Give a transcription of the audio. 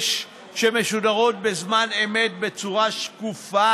המשודרות בזמן אמת בצורה שקופה?